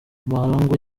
mahlangu